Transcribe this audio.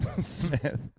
Smith